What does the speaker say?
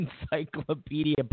Encyclopedia